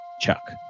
chuck